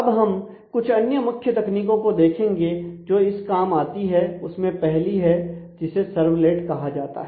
अब हम कुछ अन्य मुख्य तकनीकों को देखेंगे जो इस काम आती है उसमें पहली है जिसे सर्वलेट कहा जाता है